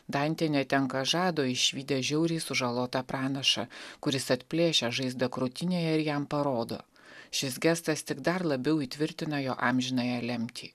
dantė netenka žado išvydę žiauriai sužalotą pranašą kuris atplėšia žaizdą krūtinėje ir jam parodo šis gestas tik dar labiau įtvirtino jo amžinąją lemtį